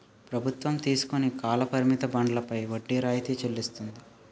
ప్రభుత్వం తీసుకుని కాల పరిమిత బండ్లపై వడ్డీ రాయితీ చెల్లిస్తుంది